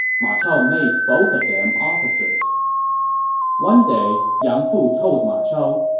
ma chao made both of them officers one day, yang fu told ma chao,